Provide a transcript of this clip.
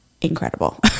incredible